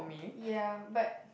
ya but